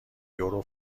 یورو